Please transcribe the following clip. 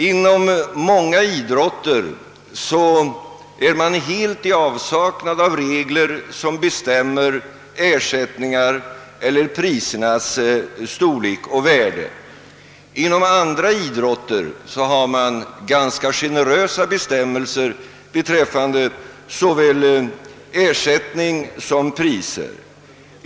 Inom många idrottsgrenar är man helt i avsaknad av regler som bestämmer ersättningar eller prisernas storlek och värde. Inom andra idrotter har man ganska generösa bestämmelser beträffande såväl ersättning som priser.